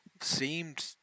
seemed